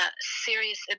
serious